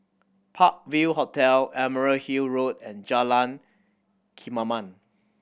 Park View Hotel Emerald Hill Road and Jalan Kemaman